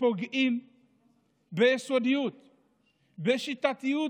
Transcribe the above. פוגעים ביסודיות ובשיטתיות,